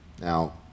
Now